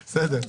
בסדר,